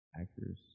actors